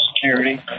Security